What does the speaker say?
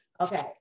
okay